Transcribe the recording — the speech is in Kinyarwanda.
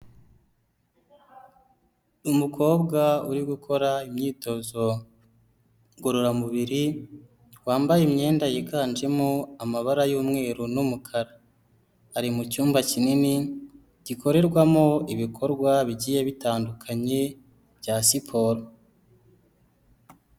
Umukobwa uri gukora imyitozo ngororamubiri, wambaye imyenda yiganjemo amabara y'umweru n'umukara. Ari mu cyumba kinini, gikorerwamo ibikorwa bigiye bitandukanye bya siporo.